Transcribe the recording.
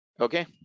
Okay